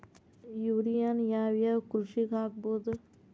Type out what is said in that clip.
ಯೂರಿಯಾನ ಯಾವ್ ಯಾವ್ ಕೃಷಿಗ ಹಾಕ್ಬೋದ?